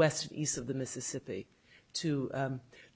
west east of the mississippi to